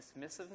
dismissiveness